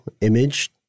image